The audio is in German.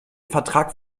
vertrag